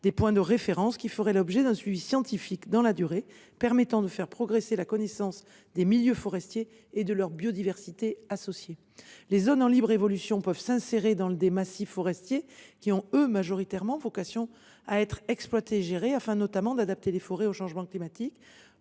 des points de référence qui feront l’objet d’un suivi scientifique dans la durée, permettant de faire progresser la connaissance des milieux forestiers et de leur biodiversité associée. Les zones en libre évolution peuvent s’insérer dans des massifs forestiers qui ont, quant à eux, majoritairement vocation à être exploités et gérés, afin d’adapter les forêts au changement climatique,